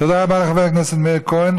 תודה רבה לחבר הכנסת מאיר כהן.